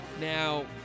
Now